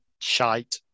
shite